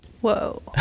whoa